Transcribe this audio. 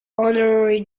honorary